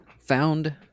found